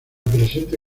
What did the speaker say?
presente